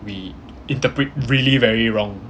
we interpret really very wrong